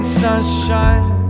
sunshine